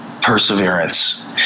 perseverance